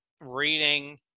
reading